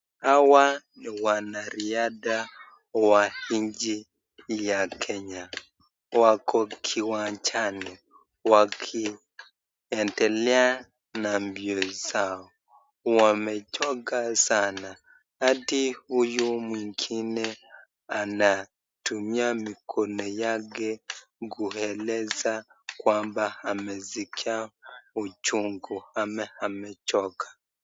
Hawa ni wanariadha wa nchi ya Kenya, wako uwanjani wakiendelea na mpira zao. Wamechoka sana hadi huyu mwingine anatumia miko zake kuelezea kwamba amesikia uchungu, amechoka.